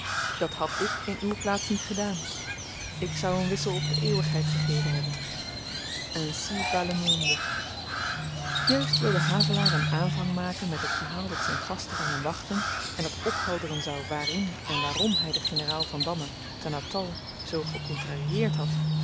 dat had ik in uw plaats niet gedaan ik zou een wissel op de eeuwigheid gegeven hebben ainsi va le monde juist wilde havelaar een aanvang maken met het verhaal dat zyn gasten van hem wachtten en dat ophelderen zou waarin en waarom hy den generaal vandamme te natal zoo gekontrarieerd had